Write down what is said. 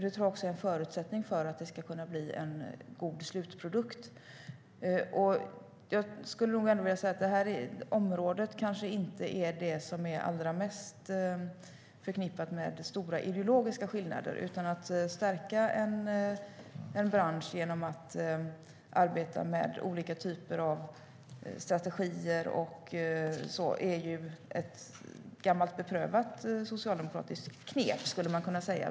Jag tror att det är en förutsättning för att det ska kunna bli en god slutprodukt. Jag skulle nog ändå vilja säga att det här området kanske inte är det som är allra mest förknippat med stora ideologiska skillnader. Att stärka en bransch genom att arbeta med olika typer av strategier är ju ett gammalt beprövat socialdemokratiskt knep, skulle man kunna säga.